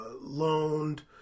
loaned